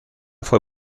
fue